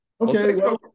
okay